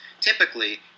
typically